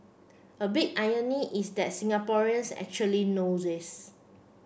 a big irony is that Singaporeans actually know this